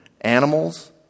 animals